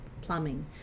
plumbing